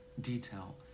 detail